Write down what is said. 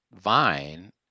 vine